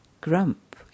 grump